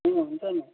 अँ हुन्छ नि